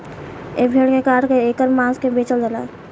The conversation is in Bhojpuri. ए भेड़ के काट के ऐकर मांस के बेचल जाला